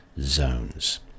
zones